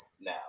now